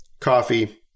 coffee